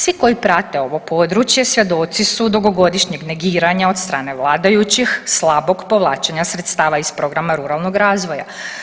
Svi koji prate ovo područje svjedoci su dugogodišnjeg negiranja od strane vladajućih slabog povlačenja sredstava iz programa ruralnog razvoja.